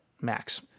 max